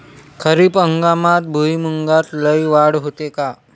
खरीप हंगामात भुईमूगात लई वाढ होते का?